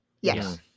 Yes